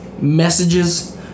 messages